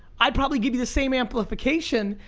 i'd probably give you the same amplification,